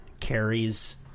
carries